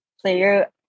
player